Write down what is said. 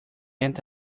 went